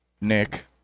Nick